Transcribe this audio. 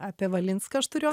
apie valinską aš turiu